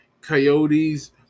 Coyotes